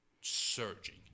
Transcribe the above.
surging